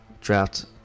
draft